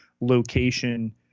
location